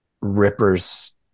rippers